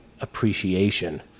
appreciation